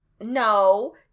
No